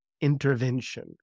intervention